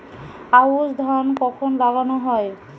আউশ ধান কখন লাগানো হয়?